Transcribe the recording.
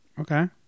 Okay